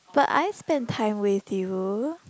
but I spent time with you